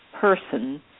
person